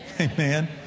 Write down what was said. Amen